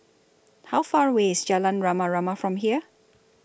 How Far away IS Jalan Rama Rama from here